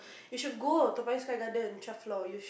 you should go Toa-Payoh Sky-Garden twelfth floor you should